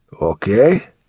Okay